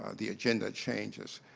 the agenda changes.